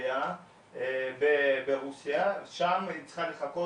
לקונסוליה ברוסיה שם היא צריכה לחכות,